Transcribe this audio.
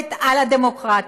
שומרת על הדמוקרטיה?